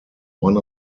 one